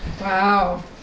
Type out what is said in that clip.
Wow